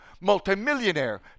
multimillionaire